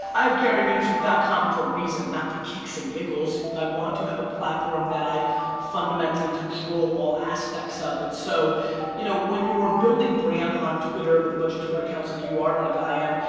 i have garyvaynerchuk dot com for a reason. not the kicks and giggles. i want to have a platform that i fundamentally control all aspects of. and so you know when you are building brand on twitter with a bunch of twitter accounts like you are, like i am,